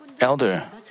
elder